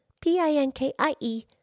P-I-N-K-I-E